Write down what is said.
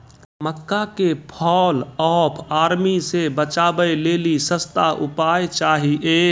मक्का के fall of army से बचाबै लेली सस्ता उपाय चाहिए?